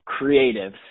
creatives